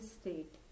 state